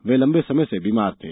वे लंबे समय से बीमार थे